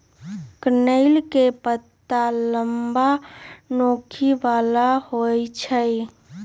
कनइल के पात लम्मा, नोखी बला होइ छइ